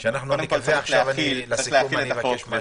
יש להחיל את החוק,